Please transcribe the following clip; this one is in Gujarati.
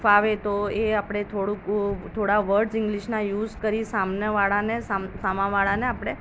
ફાવે તો એ આપણે થોડુંક અ થોડા વર્ડસ ઈંગ્લીશના યુસ કરી સામેવાળાને સામાવાળાને આપણે